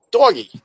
doggy